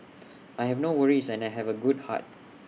I have no worries and I have A good heart